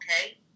okay